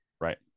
right